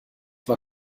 war